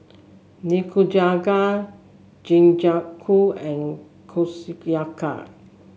Nikujaga Jingisukan and Kushiyaki